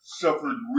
suffered